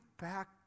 back